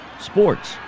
Sports